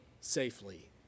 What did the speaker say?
safely